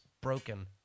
broken